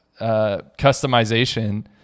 customization